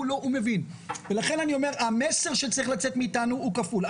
הוא מבין ולכן אני אומר שהמסר שצריך לצאת מאיתנו הוא כפול.